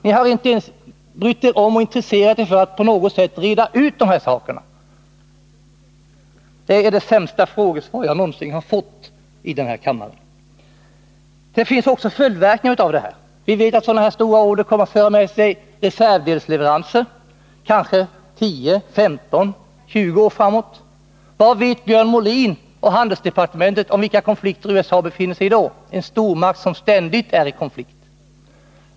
Ni har inte ens brytt er om att intressera er för att på något sätt reda ut dessa saker. Det är det sämsta frågesvar jag någonsin har fått i den här kammaren. Det finns också följdverkningar av denna vapenexport. Vi vet att sådana här stora order kommer att föra med sig resgrvdelsleveranser, kanske 10, 15 eller 20 år fram i tiden. Vad vet Björn Molin och handelsdepartementet om vilka konflikter USA befinner sig i då? Det gäller en stormakt som ständigt är i konflikt.